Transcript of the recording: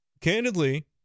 candidly